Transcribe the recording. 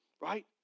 Right